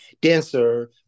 dancer